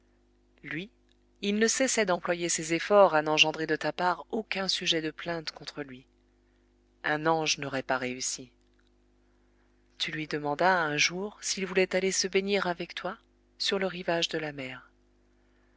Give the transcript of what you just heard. lui il ne cessait d'employer ses efforts à n'engendrer de ta part aucun sujet de plainte contre lui un ange n'aurait pas réussi tu lui demandas un jour s'il voulait aller se baigner avec toi sur le rivage de la mer